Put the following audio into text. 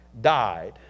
died